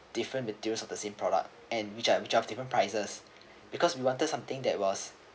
different with deals of the same product and which are which are different prices because we wanted something that was